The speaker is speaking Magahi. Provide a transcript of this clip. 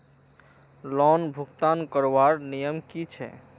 लोन भुगतान करवार नियम की छे?